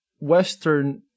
Western